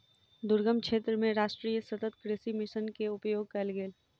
दुर्गम क्षेत्र मे राष्ट्रीय सतत कृषि मिशन के उपयोग कयल गेल